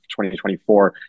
2024